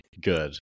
good